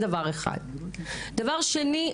דבר שני,